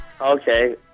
Okay